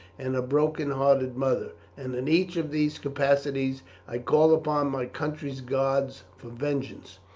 and a broken hearted mother, and in each of these capacities i call upon my country's gods for vengeance.